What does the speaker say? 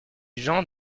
gens